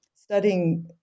studying